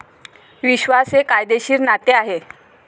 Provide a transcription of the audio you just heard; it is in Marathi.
विश्वास हे कायदेशीर नाते आहे